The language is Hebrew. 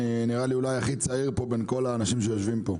אני אולי הכי צעיר בין כל האנשים שיושבים פה.